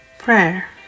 prayer